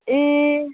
ए